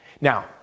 Now